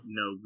no